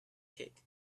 kick